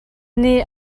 nih